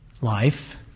life